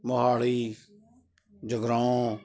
Mohali Jagraon